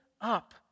up